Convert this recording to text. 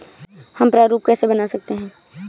हम प्रारूप कैसे बना सकते हैं?